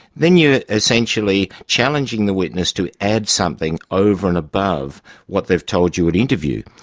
then you're essentially challenging the witness to add something over and above what they've told you at interview.